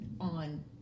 on